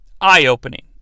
eye-opening